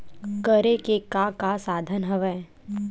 करे के का का साधन हवय?